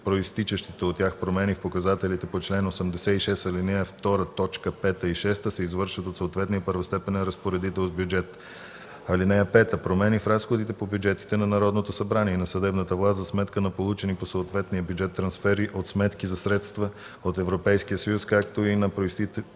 произтичащите от тях промени в показателите по чл. 86, ал. 2, т. 5 и 6, се извършват от съответния първостепенен разпоредител с бюджет. (5) Промени в разходите по бюджетите на Народното събрание и на съдебната власт за сметка на получени по съответния бюджет трансфери от сметки за средства от Европейския съюз, както и на произтичащите от тях